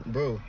Bro